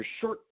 short –